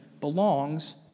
belongs